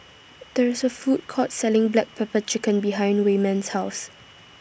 There IS A Food Court Selling Black Pepper Chicken behind Wayman's House